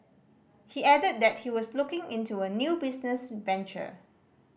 he added that he was looking into a new business venture